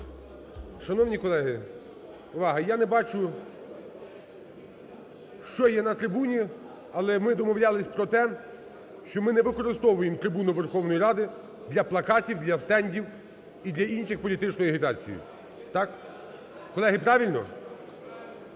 Шановні колеги, увага! Я не бачу, що є на трибуні, але ми домовлялися про те, що ми не використовуємо трибуну Верховної Ради для плакатів, для стендів і для іншої політичної агітації. Так, колеги, правильно?